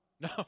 No